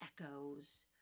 echoes